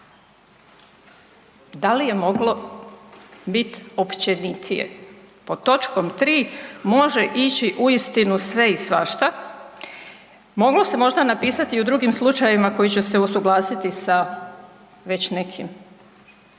Da li je moglo biti općenitije? Pod točkom 3 može ići uistinu sve i svašta. Možda se moglo napisati i u drugim slučajevima koji će se usuglasiti sa već nekim.